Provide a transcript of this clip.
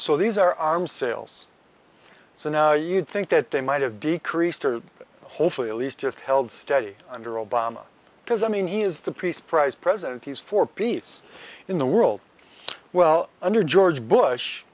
so these are arm sales so now you'd think that they might have decreased or hopefully at least just held steady under obama because i mean he is the peace prize president he's for peace in the world well under george bush